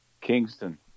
Kingston